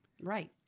right